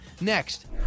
Next